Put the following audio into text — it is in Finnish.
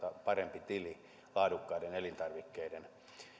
parempi tili laadukkaiden elintarvikkeiden